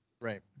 Right